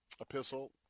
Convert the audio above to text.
epistle